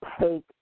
take